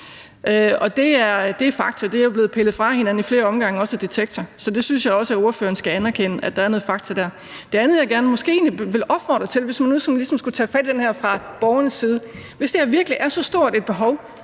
Det er fakta. Den påstand er jo blevet pillet fra hinanden flere gange, også af Detektor, så jeg synes også, at ordføreren skal anerkende, at der er noget fakta dér. Noget andet, som jeg måske egentlig gerne vil sige, hvis man ligesom skal se det her fra borgernes side, er: Hvis der virkelig er så stort et behov